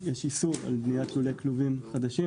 יש איסור על בניית לולי כלובים חדשים,